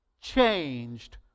changed